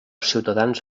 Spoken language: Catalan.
ciutadans